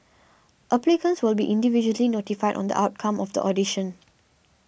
applicants will be individually notified on the outcome of the audition